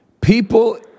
people